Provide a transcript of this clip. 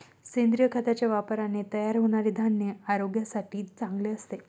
सेंद्रिय खताच्या वापराने तयार होणारे धान्य आरोग्यासाठी चांगले असते